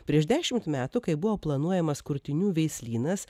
prieš dešimt metų kai buvo planuojamas kurtinių veislynas